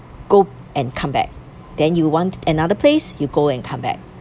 >go and come back then you want another place you go and come back